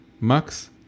Max